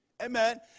Amen